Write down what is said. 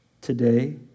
today